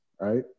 right